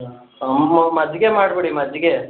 ಹಾಂ ತಂಬು ಮಜ್ಜಿಗೆ ಮಾಡಿಬಿಡಿ ಮಜ್ಜಿಗೆ